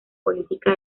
política